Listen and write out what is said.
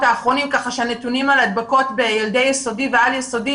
האחרונים כך שהנתונים על הדבקות בילדי יסודי ועל יסודי